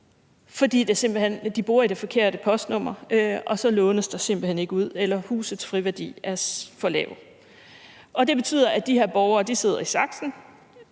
fordi de simpelt hen bor i det forkerte postnummer, og så lånes der ikke ud, eller også er husets friværdi for lav. Det betyder, at de her borgere sidder i saksen,